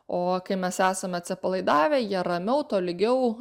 o kai mes esame atsipalaidavę jie ramiau tolygiau